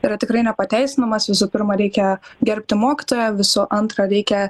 yra tikrai nepateisinamas visų pirma reikia gerbti mokytoją visų antra reikia